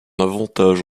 avantage